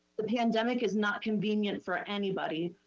the pandemic is not convenient for anybody.